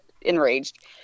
enraged